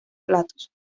platos